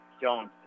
Jones